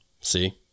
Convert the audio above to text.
see